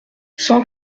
cent